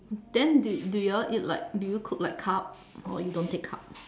then do do you all eat like do you cook like carb or you don't take carb